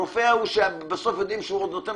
הרופא הזה שבסוף יודעים שהוא עוד נותן